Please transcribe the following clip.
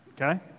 Okay